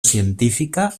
científica